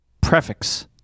prefix